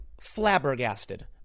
flabbergasted